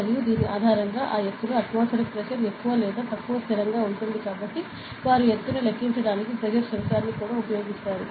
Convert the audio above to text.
మరియు దీని ఆధారంగా ఆ ఎత్తులో ఆత్మోస్ఫెరిక్ ప్రెషర్ ఎక్కువ లేదా తక్కువ స్థిరంగా ఉంటుంది కాబట్టి వారు ఎత్తును లెక్కించడానికి ప్రెజర్ సెన్సార్ను కూడా ఉపయోగిస్తారు